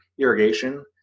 irrigation